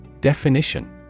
Definition